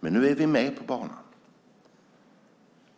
Men nu är vi med på banan,